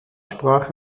sprach